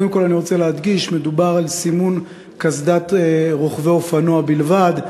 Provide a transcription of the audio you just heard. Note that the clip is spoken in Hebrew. קודם כול אני רוצה להדגיש שמדובר על סימון קסדת רוכבי אופנוע בלבד.